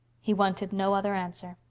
he wanted no other answer.